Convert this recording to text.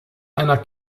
einer